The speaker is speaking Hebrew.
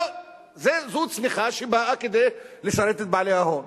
זו צמיחה שבאה לשרת את בעלי ההון.